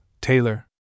Taylor